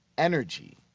Energy